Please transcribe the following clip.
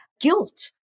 Guilt